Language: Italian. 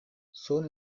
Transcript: sono